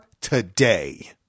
today